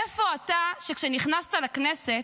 איפה אתה, שכשנכנסת לכנסת,